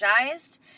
energized